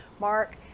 Mark